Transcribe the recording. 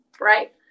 right